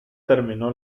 terminó